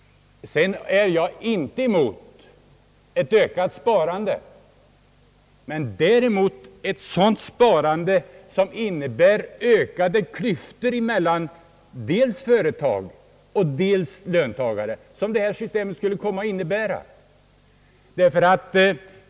Sedan är jag inte mot ett ökat sparande, men jag riktar mig mot ett sådant sparande som innebär ökade klyftor mellan företag och löntagare på det sätt detta system skulle innebära.